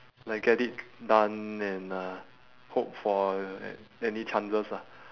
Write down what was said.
like get it done and uh hope for a~ any chances lah